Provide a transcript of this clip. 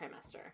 trimester